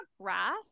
grass